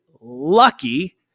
lucky